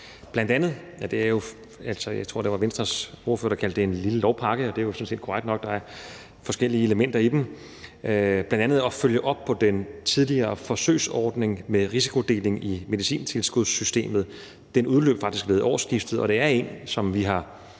bl.a. det at følge op på den tidligere forsøgsordning med risikodeling i medicintilskudssystemet. Den udløb faktisk ved årsskiftet, og det er en, som vi har